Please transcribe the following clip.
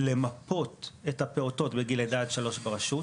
למפות את הפעוטות בגיל לידה עד שלוש ברשות,